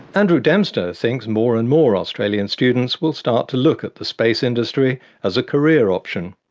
andrew dempster thinks more and more australian students will start to look at the space industry as a career option.